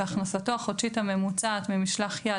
והכנסתו החודשית הממוצעת ממשלח יד,